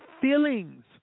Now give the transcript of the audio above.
feelings